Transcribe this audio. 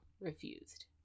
refused